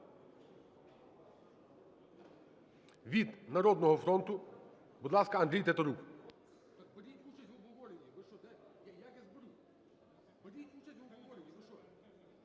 Від "Народного фронту", будь ласка, Андрій Тетерук.